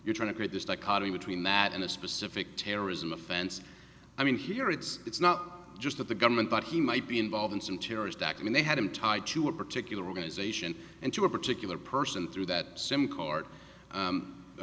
you're trying to create this dichotomy between that and a specific terrorism offense i mean here it's it's not just that the government thought he might be involved in some terrorist act when they had him tied to a particular organization and to a particular person through that sim car